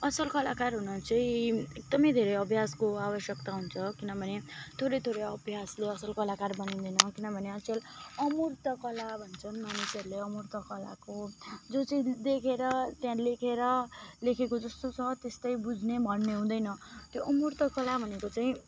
असल कलाकार हुन चाहिँ एकदमै धेरै अभ्यासको आवश्यकता हुन्छ किनभने थोरै थोरै अभ्यासले असल कलाकार बनिँदैन किनभने असल अमूर्त कला भन्छन् मानिसहरूले अमूर्त कलाको जो चाहिँ देखेर त्यहाँ लेखेर लेखेको जस्तो छ त्यस्तै बुझ्ने भन्ने हुँदैन त्यो अमूर्त कला भनेको चाहिँ